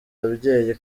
ababyeyi